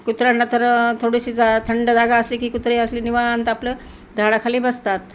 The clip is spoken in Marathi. कुत्र्यांना तर थोडीशी जा थंड जागा असली की कुत्रे असं निवांंत आपलं झाडाखाली बसतात